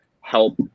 help